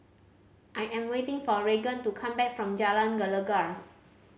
I am waiting for Reagan to come back from Jalan Gelegar